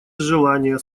желания